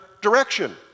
direction